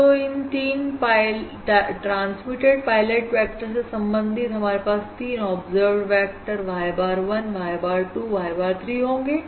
तो इन तीन ट्रांसमिटेड पायलट वेक्टर से संबंधित हमारे पास तीन observed vector y bar 1 y bar 2 y bar 3 होंगे